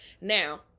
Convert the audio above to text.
Now